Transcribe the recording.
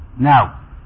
Now